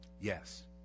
Yes